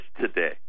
today